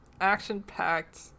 action-packed